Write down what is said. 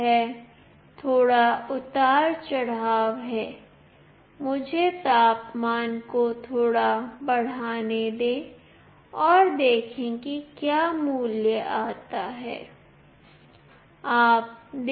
यह थोड़ा उतार चढ़ाव है मुझे तापमान को थोड़ा बढ़ाने दें और देखें कि क्या मूल्य आता है